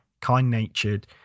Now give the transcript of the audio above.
kind-natured